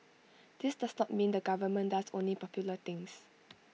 this does not mean the government does only popular things